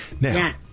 Now